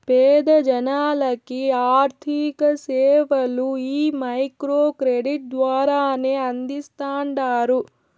పేద జనాలకి ఆర్థిక సేవలు ఈ మైక్రో క్రెడిట్ ద్వారానే అందిస్తాండారు